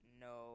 no